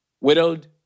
widowed